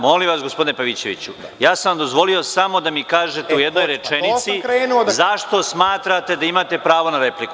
Molim vas, gospodine Pavićeviću, ja sam dozvolio samo da mi kažete u jednoj rečenici zašto smatrate da imate pravo na repliku.